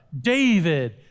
David